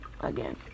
Again